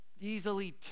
easily